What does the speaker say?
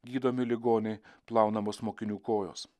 gydomi ligoniai plaunamos mokinių kojos